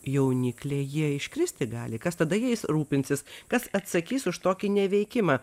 jaunikliai jie iškristi gali kas tada jais rūpinsis kas atsakys už tokį neveikimą